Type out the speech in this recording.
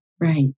Right